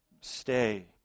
Stay